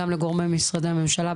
גם לגורמי משרדי הממשלה.